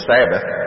Sabbath